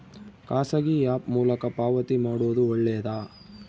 ಖಾಸಗಿ ಆ್ಯಪ್ ಮೂಲಕ ಪಾವತಿ ಮಾಡೋದು ಒಳ್ಳೆದಾ?